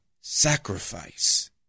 sacrifice